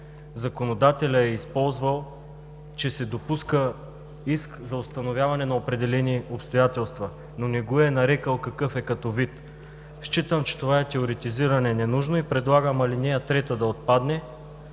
законодателят е използвал, че се допуска иск за установяване на определени обстоятелства, но не го е нарекъл какъв е като вид. Считам, че това е теоретизиране ненужно и предлагам ал. 3 да отпадне,